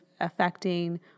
affecting